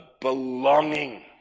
belonging